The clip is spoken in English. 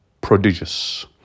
prodigious